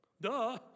Duh